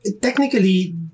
Technically